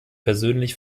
persönlich